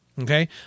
Okay